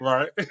Right